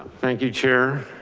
thank you, chair.